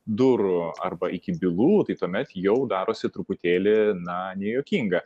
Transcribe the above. durų arba iki bylų tai tuomet jau darosi truputėlį na nejuokinga